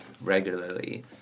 regularly